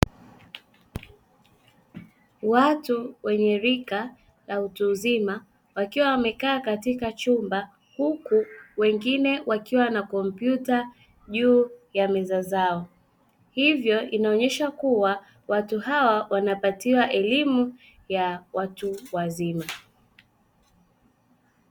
Watu wenye rika la utu uzima wakiwa wamekaa katika chumba huku wengine wakiwa na kompyuta juu ya meza zao, hivyo inaonyesha kuwa watu hawa wanapatiwa elimu ya watu wazima.